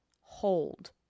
Hold